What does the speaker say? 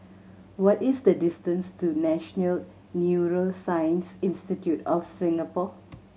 what is the distance to National Neuroscience Institute of Singapore